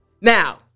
Now